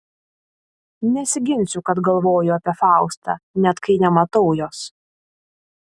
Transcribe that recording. nesiginsiu kad galvoju apie faustą net kai nematau jos